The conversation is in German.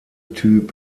typ